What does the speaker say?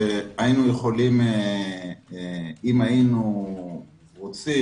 שאם היינו רוצים,